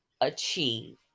achieve